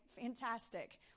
fantastic